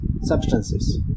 substances